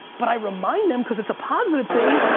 but i remind them, because it's a positive thing,